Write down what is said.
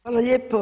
Hvala lijepo.